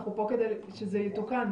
אנחנו פה כדי שזה יתוקן.